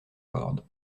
corde